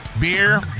beer